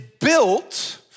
built